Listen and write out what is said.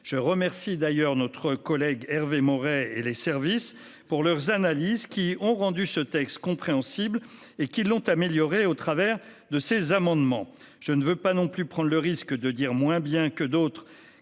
Je remercie d'ailleurs notre collègue Hervé Maurey pour son analyse. Il a rendu ce texte compréhensible et l'a amélioré par ses amendements. Je ne veux pas non plus prendre le risque de dire moins bien que d'autres